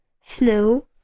snow